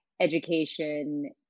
education